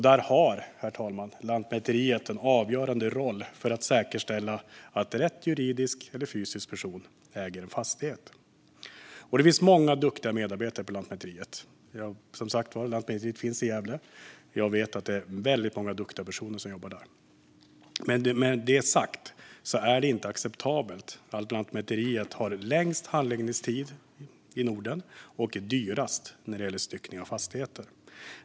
Där har, herr talman, Lantmäteriet en avgörande roll för att säkerställa att rätt juridisk eller fysisk person äger en fastighet. Det finns många duktiga medarbetare på Lantmäteriet, som alltså finns i Gävle. Men med detta sagt är det inte acceptabelt att Lantmäteriet har längst handläggningstid i Norden och är dyrast när det gäller styckning av fastigheter.